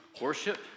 worship